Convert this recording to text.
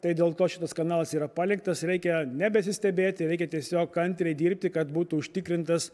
tai dėl to šitas kanalas yra paliktas reikia nebesistebėti reikia tiesiog kantriai dirbti kad būtų užtikrintas